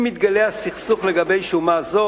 אם מתגלע סכסוך לגבי שומה זו,